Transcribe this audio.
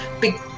big